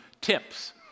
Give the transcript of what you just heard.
tips